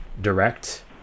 direct